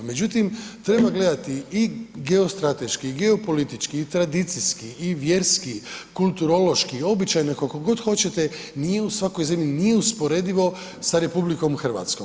Međutim, treba gledati i geostrateški i geopolitički i tradicijski i vjerski, kulturološki, običaji na kolko god hoćete nije u svakoj zemlji, nije usporedivo sa RH.